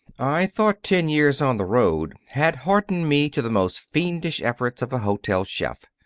i thought ten years on the road had hardened me to the most fiendish efforts of a hotel chef.